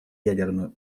ядерную